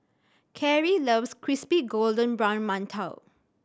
Cary loves crispy golden brown mantou